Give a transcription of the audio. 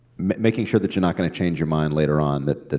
making sure that you're not going to change your mind later on, that that